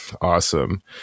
awesome